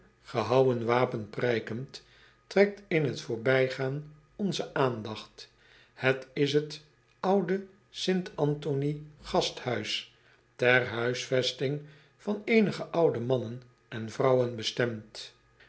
gehouwen wapen prijkend trekt in t voorbijgaan onze aandacht et is het oude t ntoniegasthuis ter huisvesting van eenige oude mannen en vrouwen bestemd